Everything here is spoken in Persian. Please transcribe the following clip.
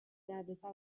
دردسر